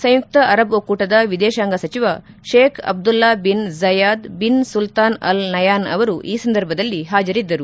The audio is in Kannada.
ಸಂಯುಕ್ತ ಅರಬ್ ಒಕ್ಕೂಟದ ವಿದೇಶಾಂಗ ಸಚಿವ Sheikh Abdullah bin Zayed bin Sultan Al Nahyan ಅವರು ಈ ಸಂದರ್ಭದಲ್ಲಿ ಹಾಜರಿದ್ದರು